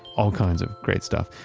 all kinds of great stuff.